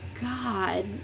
God